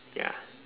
ya